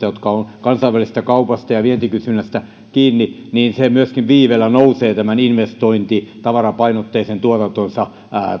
jotka ovat kansainvälisestä kaupasta ja vientikysynnästä kiinni myöskin viiveellä nousee tämän investointitavarapainotteisen tuotantonsa